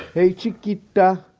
hey chiquita!